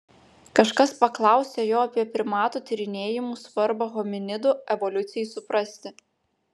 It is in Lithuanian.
kažkas paklausė jo apie primatų tyrinėjimų svarbą hominidų evoliucijai suprasti